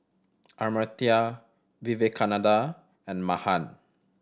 Amartya Vivekananda and Mahan